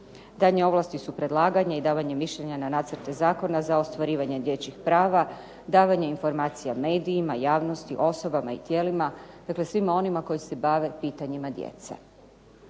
Daljnje ovlasti su predlaganje i davanje mišljenja na nacrte zakona za ostvarivanje dječjih prava, davanje informacija medijima, javnosti, osobama i tijelima. Dakle, svima onima koji se bave pitanjima djece.